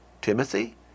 Timothy